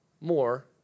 more